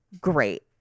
great